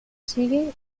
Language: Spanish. sigue